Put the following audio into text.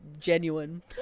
genuine